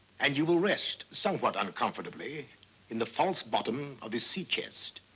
and you will rest somewhat uncomfortably in the false bottom of this sea chest.